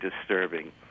disturbing